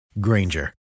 Granger